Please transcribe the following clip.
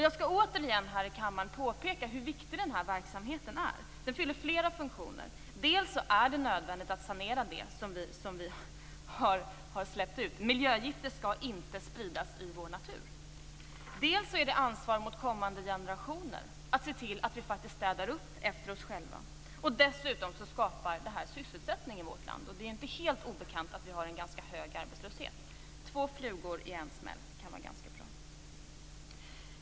Jag skall återigen i denna kammare peka på hur viktig denna verksamhet är. Den fyller flera funktioner. Dels är det nödvändigt att sanera efter det som vi har släppt ut - miljögifter skall inte spridas i vår natur. Dels är det ett ansvar gentemot kommande generationer att se till att vi faktiskt städar upp efter oss själva. Dessutom skapar detta sysselsättning i vårt land. Det är ju inte helt obekant att vi har en ganska hög arbetslöshet. Att slå två flugor i en smäll kan vara ganska bra.